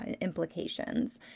implications